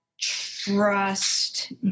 Trust